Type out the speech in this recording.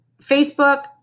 Facebook